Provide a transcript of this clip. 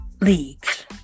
leagues